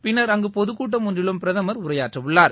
பின்னர் அங்கு பொதுக்கூட்டம் ஒன்றிலும் பிரதமர் உரையாற்ற உள்ளார்